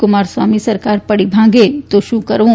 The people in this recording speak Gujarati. કુમારસ્વામી સરકાર પડી ભાંગે તો શું કરવું